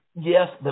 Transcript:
Yes